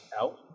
out